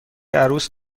عروس